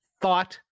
thought